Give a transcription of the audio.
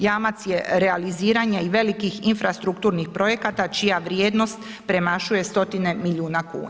Jamac je realiziranja i velikih infrastrukturnih projekata, čija vrijednost premašuje stotine milijuna kuna.